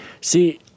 See